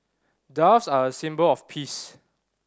doves are a symbol of peace